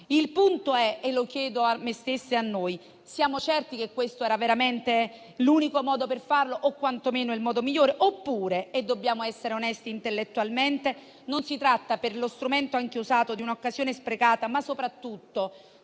Il punto che chiedo a me stessa e a noi è se siamo certi che questo sia veramente l'unico modo per farlo o quantomeno il migliore; oppure - e dobbiamo essere onesti intellettualmente - si tratta, anche per lo strumento usato, di un'occasione sprecata, ma soprattutto